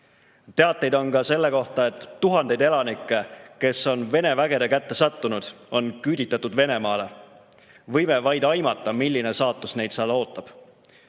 all. Teateid on ka selle kohta, et tuhandeid elanikke, kes on Vene vägede kätte sattunud, on küüditatud Venemaale. Võime vaid aimata, milline saatus neid seal ootab.